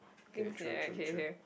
things yeah okay okay